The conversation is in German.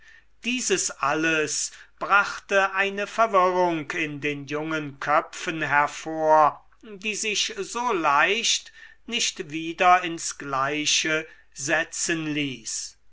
dieses alles brachte eine verwirrung in den jungen köpfen hervor die sich so leicht nicht wieder ins gleiche setzen ließ